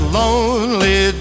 lonely